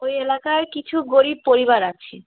ওই এলাকায় কিছু গরীব পরিবার আছে